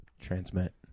Transmit